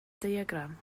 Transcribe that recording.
diagram